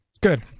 Good